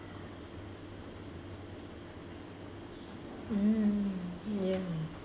mm mm mm ya